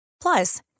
Plus